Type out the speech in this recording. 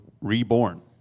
reborn